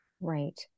Right